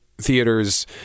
theater's